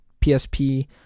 PSP